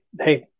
hey